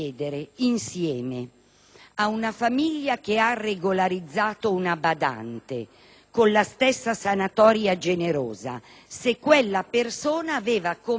ad una famiglia che ha regolarizzato una badante con la stessa sanatoria generosa, se quella persona aveva commesso un reato